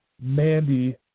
Mandy